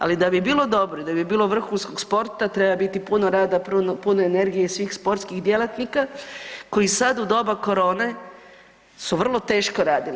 Ali da bi bilo dobro, da bi bilo vrhunskog sporta treba biti puno rada, puno energije svih sportskih djelatnika koji sad u doba korone su vrlo teško radili.